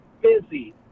busy